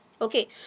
Okay